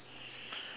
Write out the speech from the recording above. ya